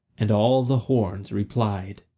and all the horns replied.